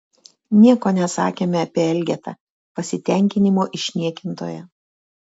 nieko nesakėme apie elgetą pasitenkinimo išniekintoją